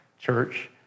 church